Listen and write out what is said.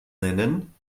nennen